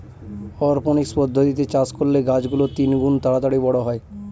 অরপনিক্স পদ্ধতিতে চাষ করলে গাছ গুলো তিনগুন তাড়াতাড়ি বড়ো হয়